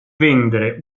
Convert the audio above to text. vendere